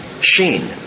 Sheen